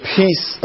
peace